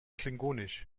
klingonisch